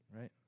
right